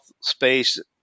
space